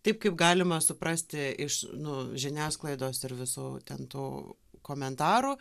taip kaip galima suprasti iš nu žiniasklaidos ir visų ten tų komentarų